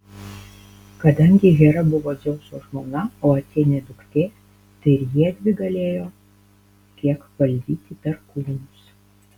kadangi hera buvo dzeuso žmona o atėnė duktė tai ir jiedvi galėjo kiek valdyti perkūnus